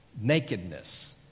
nakedness